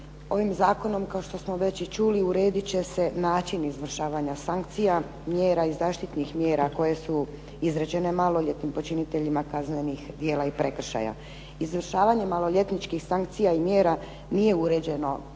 Ovim zakonom kao što smo već i čuli uredit će se način izvršavanja sankcija, mjera i zaštitnih mjera koje su izrečene maloljetnim počiniteljima kaznenih djela i prekršaja. Izvršavanje maloljetničkih sankcija i mjera nije uređeno